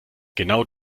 genau